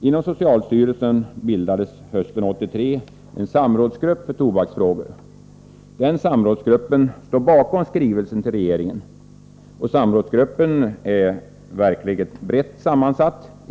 Inom socialstyrelsen bildades hösten 1983 en samrådsgrupp för tobaksfrågor. Denna samrådsgrupp står bakom skrivelsen till regeringen. Och det är en verkligt brett sammansatt samrådsgrupp.